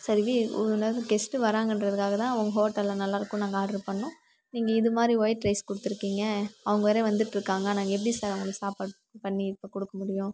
சரி we guest வராங்கங்கன்றதுக்காக தான் உங்கள் ஹோட்டலில் நல்லா இருக்கும் நாங்கள் ஆட்ரு பண்ணோம் நீங்கள் இது மாதிரி ஒயிட் ரைஸ் கொடுத்துருக்கீங்க அவங்க வேறே வந்துட்டு இருக்காங்க நாங்கள் எப்படி சார் அவங்களுக்கு சாப்பாடு பண்ணி இப்போ கொடுக்க முடியும்